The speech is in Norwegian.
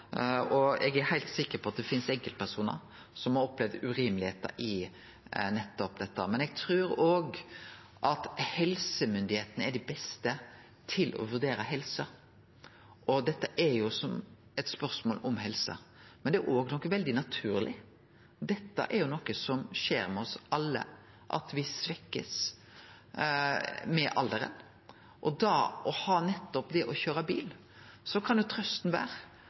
Eg er heilt sikker på at det finst enkeltpersonar som har opplevd at dette kan vere urimeleg, men eg trur òg at helsemyndigheitene er dei beste til å vurdere helse, og dette er jo eit spørsmål om helse. Men det er òg noko veldig naturleg. Dette er noko som skjer med oss alle, at me blir svekte med alderen. Når det gjeld nettopp det å køyre bil, kan jo trøysta vere